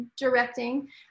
directing